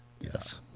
Yes